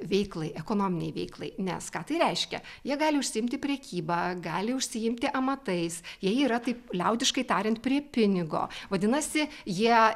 veiklai ekonominei veiklai nes ką tai reiškia jie gali užsiimti prekyba gali užsiimti amatais jie yra taip liaudiškai tariant prie pinigo vadinasi jie